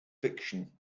fiction